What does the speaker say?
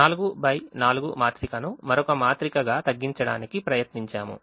4 x 4 మాత్రిక ను మరొక మాత్రికగా తగ్గించడానికి ప్రయత్నించాము